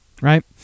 right